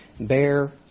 Bear